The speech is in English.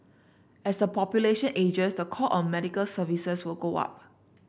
as the population ages the call on medical services will go up